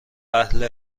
اهل